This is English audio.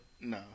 No